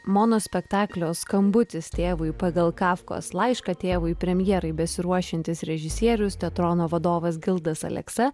monospektaklio skambutis tėvui pagal kafkos laišką tėvui premjerai besiruošiantis režisierius teatrono vadovas gildas aleksa